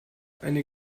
eine